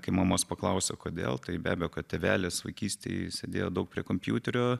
kai mamos paklausia o kodėl tai be abejo kad tėvelis vaikystėj sėdėjo daug prie kompiuterio